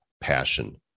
passion